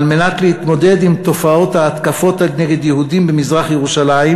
על מנת להתמודד עם תופעות ההתקפות נגד יהודים במזרח-ירושלים,